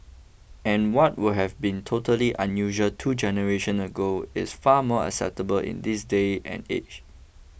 and what would have been totally unusual two generation ago is far more acceptable in this day and age